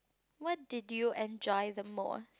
what did you enjoy the most